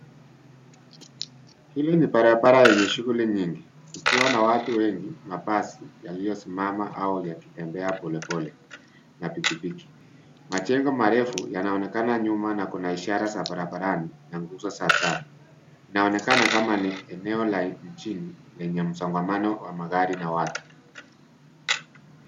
Hili ni barabara yenye shughuli nyingi ikiwa na watu wengi, mabasi yaliyosimama au yakitembea poleole na pikipiki. Majengo marefu yanaonekana nyuma na kuna ishara za barabarani na nguzo za taa. Inaonekana kama ni eneo la mjini lenye msongamano wa magari na watu.